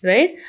Right